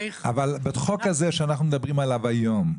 בחוק הזה שאנחנו מדברים עליו היום,